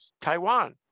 Taiwan